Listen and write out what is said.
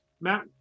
Matt